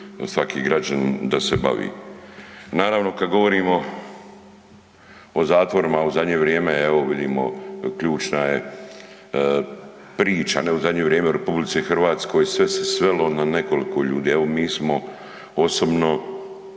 svaki građanin da se bavi. Naravno, kad govorimo o zatvorima, u zadnje vrijeme evo, vidimo, ključna je priča, ne u zadnje vrijeme u RH, sve se svelo na nekoliko ljudi. Evo, mi smo osobno